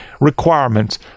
requirements